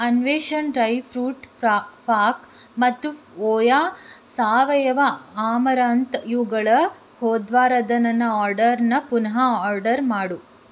ಅನ್ವೇಷಣ್ dry fruit ಫ್ರಾ ಫಾಕ್ ಮತ್ತು ಫ್ ವೋಯಾ ಸಾವಯವ ಆಮರಾಂತ್ ಇವುಗಳ ಹೋದವಾರದ ನನ್ನ ಆರ್ಡರ್ನ ಪುನಃ ಆರ್ಡರ್ ಮಾಡು